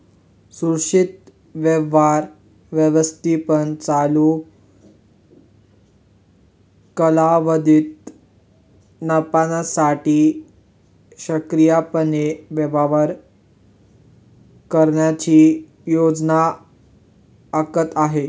सुरक्षित व्यवहार व्यवस्थापन चालू कालावधीत नफ्यासाठी सक्रियपणे व्यापार करण्याची योजना आखत आहे